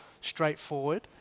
straightforward